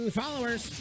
followers